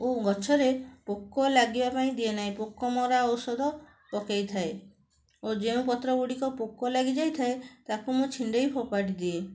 ଓ ଗଛରେ ପୋକ ଲାଗିବା ପାଇଁ ଦିଏ ନାହିଁ ପୋକମରା ଔଷଧ ପକାଇଥାଏ ଓ ଯେଉଁ ପତ୍ରଗୁଡ଼ିକ ପୋକ ଲାଗିଯାଇଥାଏ ତାକୁ ମୁଁ ଛିଣ୍ଡାଇ ଫୋପାଡ଼ି ଦିଏ